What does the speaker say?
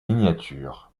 miniatures